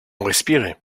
respirait